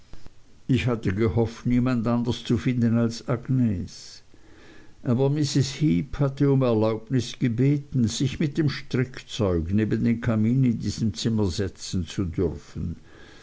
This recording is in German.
ich hatte gehofft niemand anders zu finden als agnes aber mrs heep hatte um erlaubnis gebeten sich mit dem strickzeug neben den kamin in diesem zimmer setzen zu dürfen